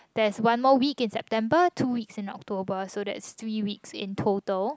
there's one week more in September two weeks in October so that's three weeks in total